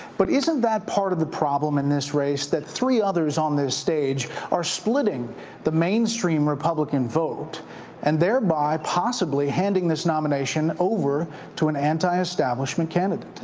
but isn't that part of the problem in this race, that three others on this stage are splitting the main stream republican vote and there by possibly handing this nomination over to an anti-establishment candidate?